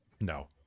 No